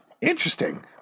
Interesting